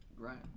right